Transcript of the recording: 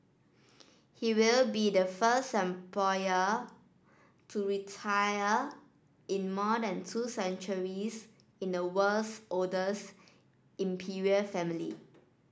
he will be the first emperor to retire in more than two centuries in the world's oldest imperial family